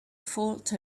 fault